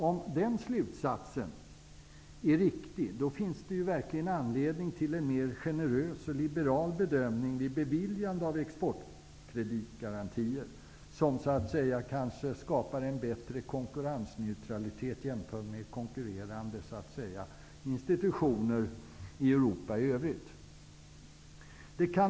Om den slutsatsen är riktig finns det verkligen anledning till en mer generös och liberal bedömning vid beviljande av exportkreditgarantier. Det kanske skapar en bättre konkurrensneutralitet jämfört med konkurrerande institutioner i Europa i övrigt.